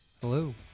Hello